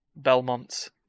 Belmonts